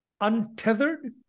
untethered